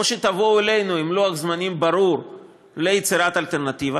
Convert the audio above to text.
או שתבואו אלינו עם לוח זמנים ברור ליצירת אלטרנטיבה,